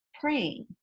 praying